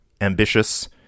ambitious